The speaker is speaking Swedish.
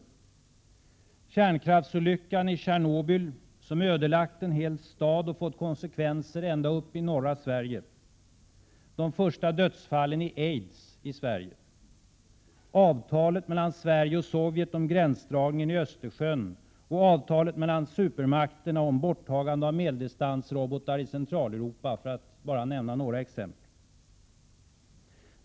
Jag tänker på kärnkraftsolyckan i Tjernobyl som ödelagt en hel stad och fått konsekvenser ända uppe i norra Sverige, på de första dödsfallen i aids i Sverige, på avtalet mellan Sverige och Sovjet om gränsdragningen i Östersjön och avtalet mellan stormakterna om borttagande av medeldistansrobotar i Centraleuropa. Detta är bara några exempel.